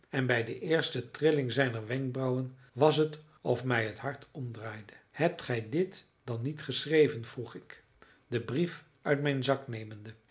en bij de eerste trilling zijner wenkbrauwen was het of mij het hart omdraaide hebt gij dit dan niet geschreven vroeg ik den brief uit mijn zak nemende